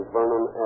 Vernon